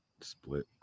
split